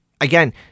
Again